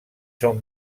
sont